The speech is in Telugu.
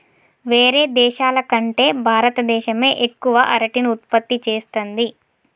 వేరే దేశాల కంటే భారత దేశమే ఎక్కువ అరటిని ఉత్పత్తి చేస్తంది